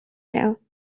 now